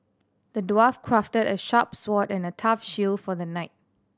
the dwarf crafted a sharp sword and a tough shield for the knight